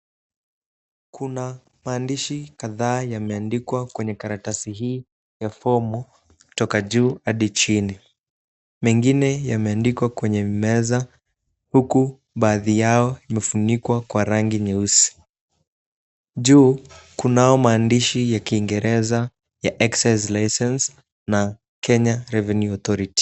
Kuna maandishi kadhaa yameandikwa kwenye karatasi hii ya fomu toka juu hadi chini. Mengine yameandikwa kwenye meza huku baadhi yao yamefunikwa kwa rangi nyeusi. Juu kunayo maandishi ya kiingereza ya exercise license na kenya revenue authority.